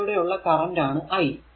അതിലൂടെ ഉള്ള കറന്റ് ആണ് i